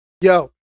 Yo